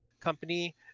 company